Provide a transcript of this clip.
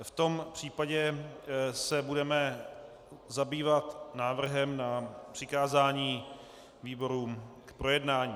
V tom případě se budeme zabývat návrhem na přikázání výborům k projednání.